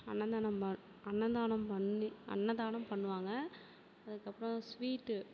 அன்னதானம் பண் அன்னதானம் பண்ணி அன்னதானம் பண்ணுவாங்க அதுக்கப்புறம் ஸ்வீட்டு